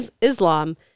Islam